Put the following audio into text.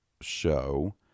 show